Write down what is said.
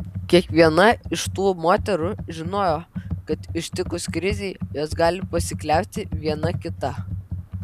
kiekviena iš tų moterų žinojo kad ištikus krizei jos gali pasikliauti viena kita